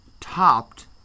topped